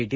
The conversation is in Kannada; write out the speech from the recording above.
ಟಿ